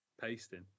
pasting